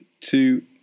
two